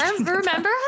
remember